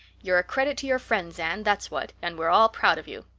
you're a credit to your friends, anne, that's what, and we're all proud of you.